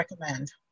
recommend